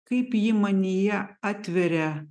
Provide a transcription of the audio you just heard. kaip ji manyje atveria